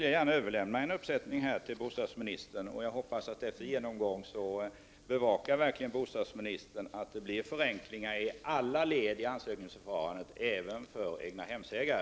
Jag överlämnar därför här till bostadsministern en uppsättning, och jag hoppas att bostadsministern efter en genomgång kommer att bevaka att det blir förenklingar i alla led i ansökningsförfarandet, även för egnahemsägare.